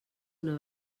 una